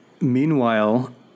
Meanwhile